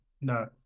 no